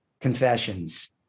confessions